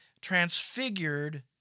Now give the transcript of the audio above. transfigured